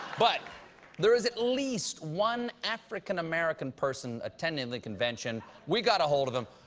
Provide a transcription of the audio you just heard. but there is at least one african-american person attending the convention. we got ahold of him.